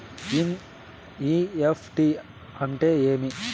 NEFT అంటే ఏమి